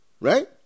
right